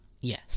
Yes